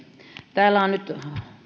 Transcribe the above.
täällä on nyt